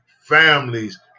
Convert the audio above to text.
families